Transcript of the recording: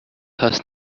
has